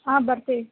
ಹಾಂ ಬರ್ತೀವಿ